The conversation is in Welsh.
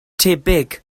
tebyg